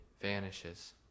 vanishes